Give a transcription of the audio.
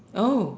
oh